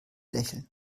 lächeln